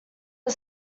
are